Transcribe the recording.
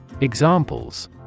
Examples